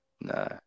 No